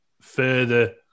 further